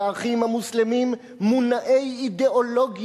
ו"האחים המוסלמים" מונעי-אידיאולוגיה.